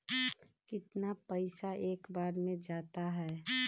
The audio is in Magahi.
कितना पैसा एक बार में जाता है?